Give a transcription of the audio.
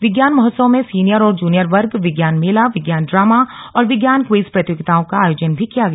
विज्ञान महोत्सव में सीनियर और जूनियर वर्ग विज्ञान मेला विज्ञान ड्रामा और विज्ञान क्विज प्रतियोगिताओं का आयोजन भी किया गया